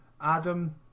Adam